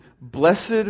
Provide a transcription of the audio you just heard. blessed